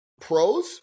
pros